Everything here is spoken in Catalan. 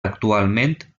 actualment